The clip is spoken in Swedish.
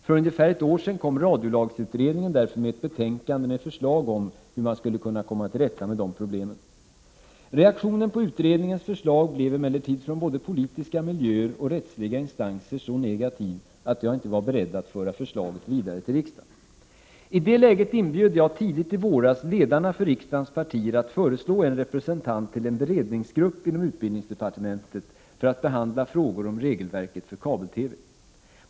För ungefär ett år sedan kom radiolagsutredningen därför med ett betänkande med förslag om hur man skulle kunna komma till rätta med dessa problem. Reaktionen på utredningens förslag blev emellertid från både politiska miljöer och rättsliga instanser så negativ, att jag inte var beredd att föra förslaget vidare till riksdagen. I detta läge inbjöd jag tidigt i våras ledarna för riksdagens partier att föreslå en representant till en beredningsgrupp inom utbildningsdepartementet för att behandla frågor om regelverket för kabel-TV.